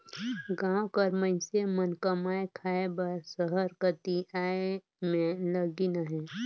गाँव कर मइनसे मन कमाए खाए बर सहर कती आए में लगिन अहें